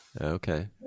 okay